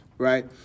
right